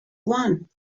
one